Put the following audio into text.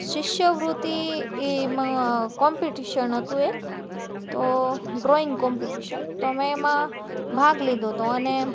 શિષ્યવૃત્તિ એમાં કોમ્પિટિશન હતું એક તો ડ્રોઇંગ કોમ્પિટિશન તો મેં એમાં ભાગ લીધો હતો અને